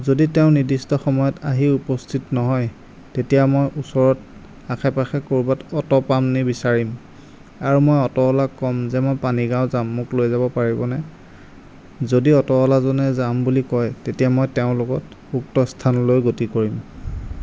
যদি তেওঁ নিৰ্দিষ্ট সময়ত আহি উপস্থিত নহয় তেতিয়া মই ওচৰত আশে পাশে ক'ৰবাত অ'টো পামনি বিচাৰিম আৰু মই অ'টোৱালাক ক'ম যে মই পানীগাঁও যাম মোক লৈ যাব পাৰিবনে যদি অ'টোৱালাজনে যাম বুলি কয় তেতিয়া মই তেওঁৰ লগত উক্ত স্থানলৈ গতি কৰিম